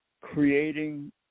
creating